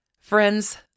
Friends